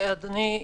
אדוני,